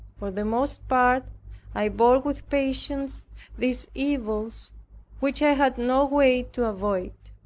for the most part i bore with patience these evils which i had no way to avoid.